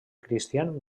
christian